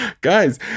Guys